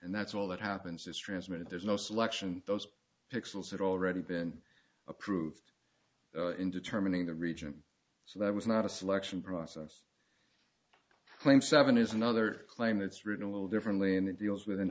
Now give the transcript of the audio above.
and that's all that happens is transmitted there's no selection those pixels had already been approved in determining the region so that was not a selection process claim seven is another claim it's written a little differently and it deals with an